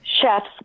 Chefs